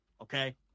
Okay